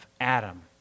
Adam